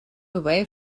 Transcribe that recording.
away